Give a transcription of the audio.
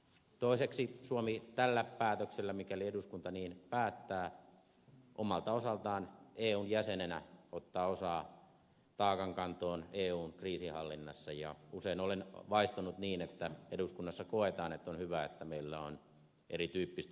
toiseksi suomi tällä päätöksellä mikäli eduskunta niin päättää omalta osaltaan eun jäsenenä ottaa osaa taakankantoon eun kriisinhallinnassa ja usein olen vaistonnut niin että eduskunnassa koetaan että on hyvä että meillä on erityyppistä kriisinhallintaa